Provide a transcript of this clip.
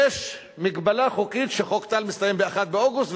יש מגבלה חוקית שחוק טל מסתיים ב-1 באוגוסט,